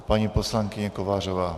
Paní poslankyně Kovářová.